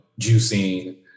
juicing